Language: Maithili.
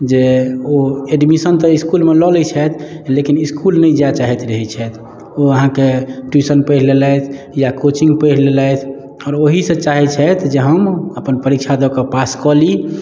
जे ओ एडमिशन तऽ इसकुलमे लऽ लै छथि लेकिन इसकुल नहि जाइ चाहैत रहै छथि ओ अहाँके ट्यूशन पढ़ि लेलथि या कोचिङ्ग पढ़ि लेलथि आओर ओहिसँ चाहैत छथि जे हम अपन परीक्षा दऽ कऽ पास कऽ ली